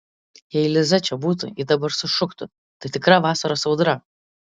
jei liza čia būtų ji dabar sušuktų tai tikra vasaros audra